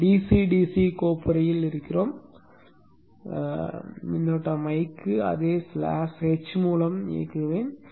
நாம் DC DC கோப்புறையில் இருக்கிறோம் l க்கு அதே ஸ்லாஷ் h மூலம் இயக்குவேன்